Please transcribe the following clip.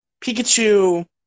Pikachu